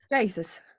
Jesus